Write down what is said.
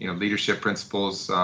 you know leadership principles.